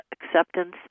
acceptance